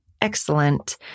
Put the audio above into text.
excellent